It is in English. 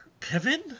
Kevin